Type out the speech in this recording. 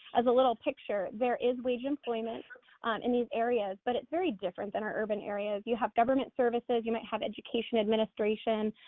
as a little picture, there is wage employment in these areas but it's very different than our urban areas. you have government services, you might have education administration,